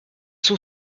sont